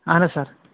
اہن حظ سَر